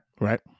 Right